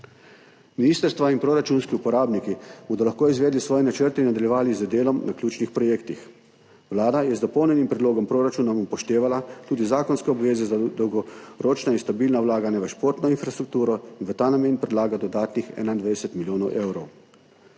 Ministrstva in proračunski uporabniki bodo lahko izvedli svoje načrte in nadaljevali z delom na ključnih projektih. Vlada je z dopolnjenjem predlogom proračuna upoštevala tudi zakonske obveze za dolgoročna in stabilna vlaganja v športno infrastrukturo in v ta namen predlaga dodatnih 21 milijonov evrov.